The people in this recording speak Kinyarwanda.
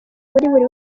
buri